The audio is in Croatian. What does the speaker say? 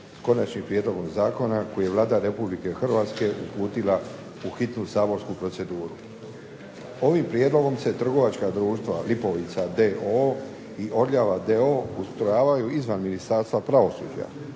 konačnim prijedlogom zakona koji je Vlada Republike Hrvatske uputila u hitnu saborsku proceduru. Ovim prijedlogom se trgovačka društva "Lipovica" d.o.o. i "Orljava" d.o.o. ustrojavaju izvan Ministarstva pravosuđa,